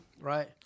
right